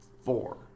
Four